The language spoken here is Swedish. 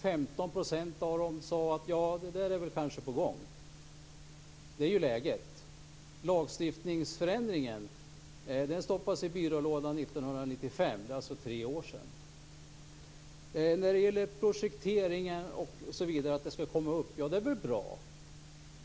15 % av dem sade att det kanske var på gång. Sådant är läget. Lagstiftningsförändringen stoppades i byrålådan 1995. Det är alltså tre år sedan. När det gäller att projekteringen skall tas upp i samrådet är väl bra.